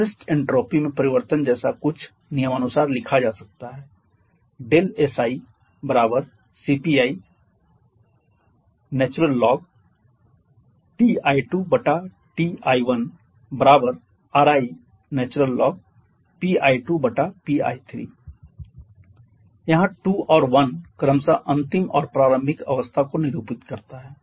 विशिष्ट एन्ट्रापी में परिवर्तन जैसा कुछ निमांनुसार लिखा जा सकता है siCpi ln Ti2Ti1Ri ln Pi2Pi1 यहाँ 2 और 1 क्रमशः अंतिम और प्रारंभिक अवस्था को निरूपित करता है